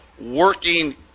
working